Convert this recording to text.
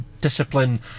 discipline